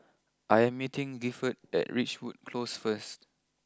I am meeting Gifford at Ridgewood close first